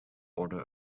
order